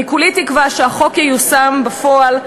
אני כולי תקווה שהחוק ייושם בפועל,